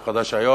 הוא חדש היום,